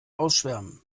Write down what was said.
ausschwärmen